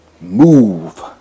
move